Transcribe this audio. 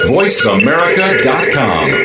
VoiceAmerica.com